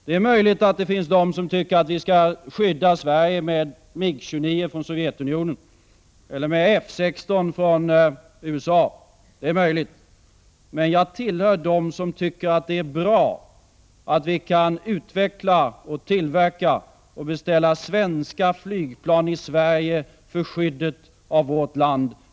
Det är möjligt att det finns de som tycker att vi skall skydda Sverige med Mig 29 från Sovjetunionen eller med F 16 från USA, men jag tillhör dem som tycker att det är bra att vi kan utveckla, tillverka och beställa svenska flygplan i Sverige för skyddet av vårt land.